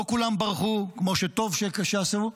לא כולם ברחו כמו שטוב היה אילו עשו,